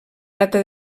data